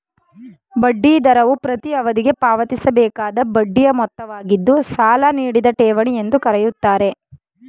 ಬಡ್ಡಿ ದರವು ಪ್ರತೀ ಅವಧಿಗೆ ಪಾವತಿಸಬೇಕಾದ ಬಡ್ಡಿಯ ಮೊತ್ತವಾಗಿದ್ದು ಸಾಲ ನೀಡಿದ ಠೇವಣಿ ಎಂದು ಕರೆಯುತ್ತಾರೆ